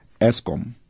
ESCOM